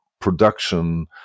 production